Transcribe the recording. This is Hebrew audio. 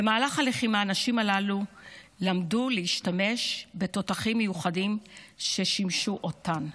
במהלך הלחימה הנשים הללו למדו להשתמש בתותחים מיוחדים ששימשו אותן.